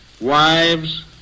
wives